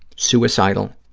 suicidal,